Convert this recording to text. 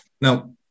Now